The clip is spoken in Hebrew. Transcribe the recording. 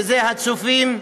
שזה הצופים,